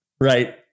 right